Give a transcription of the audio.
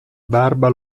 barba